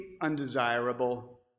undesirable